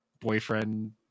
boyfriend